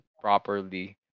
properly